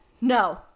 No